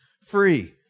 free